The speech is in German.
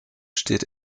steht